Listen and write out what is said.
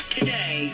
Today